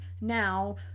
now